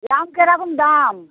দাম কিরকম দাম